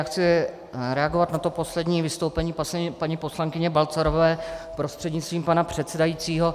Já chci reagovat na to poslední vystoupení paní poslankyně Balcarové prostřednictvím pana předsedajícího.